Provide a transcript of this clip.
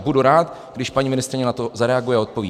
Budu rád, když paní ministryně na to zareaguje a odpoví.